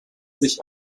sich